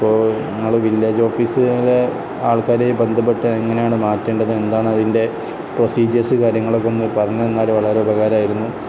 ഇപ്പോൾ നിങ്ങള് വില്ലേജ് ഓഫീസിലെ ആൾക്കാർ ബന്ധപ്പെട്ടത് എങ്ങനെയാണ് മാറ്റേണ്ടത് എന്താണ് അതിൻ്റെ പ്രൊസീജിയേഴസ് കാര്യങ്ങളൊക്കെ ഒന്ന് പറഞ്ഞു തന്നാൽ വളരെ ഉപകാരമായിരുന്നു